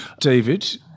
David